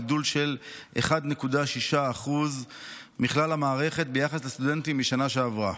גידול של 1.6% מכלל המערכת ביחס לסטודנטים משנה שעברה.